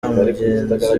mugenzi